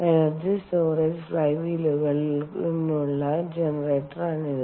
energy storage fly വീലിനുള്ള ജനറേറ്ററാണിത്